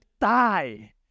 die